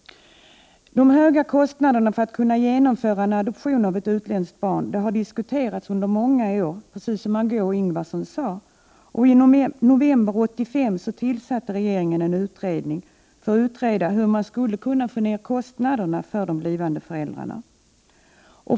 De höga kostnaderna för att kunna genomföra en adoption av ett utländskt barn har diskuterats under många år, precis som Margö Ingvardsson sade. I november 1985 tillsatte regeringen en utredning för att utreda hur man skulle kunna få ned kostnaderna för de blivande föräldrarna.